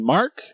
Mark